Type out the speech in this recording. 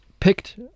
picked